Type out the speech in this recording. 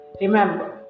Remember